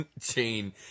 chain